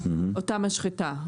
אותה משחטה.